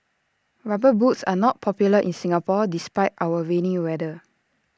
rubber boots are not popular in Singapore despite our rainy weather